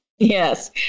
Yes